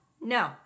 No